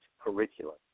curriculum